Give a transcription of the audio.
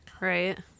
Right